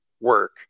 work